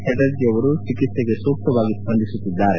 ಚಟರ್ಜಿ ಅವರು ಚಿಕಿತ್ಸೆಗೆ ಸೂಕ್ತವಾಗಿ ಸ್ವಂದಿಸುತ್ತಿದ್ದಾರೆ